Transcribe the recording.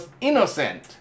innocent